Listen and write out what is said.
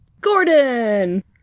Gordon